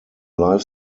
life